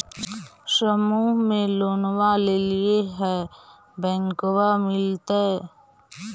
समुह मे लोनवा लेलिऐ है बैंकवा मिलतै?